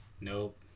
Nope